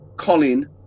Colin